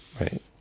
Right